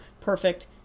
Perfect